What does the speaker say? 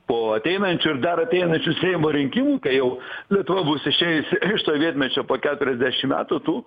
po ateinančių ir dar ateinančių seimo rinkimų kai jau lietuva bus išėjusi iš sovietmečio po keturiasdešim metų tų